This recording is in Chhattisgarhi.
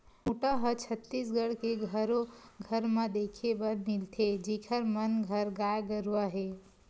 खूटा ह छत्तीसगढ़ के घरो घर म देखे बर मिलथे जिखर मन घर गाय गरुवा हे